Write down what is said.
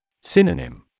Synonym